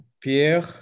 Pierre